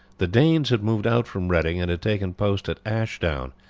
the danes had moved out from reading and had taken post at ashdown,